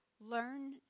Learn